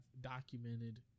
documented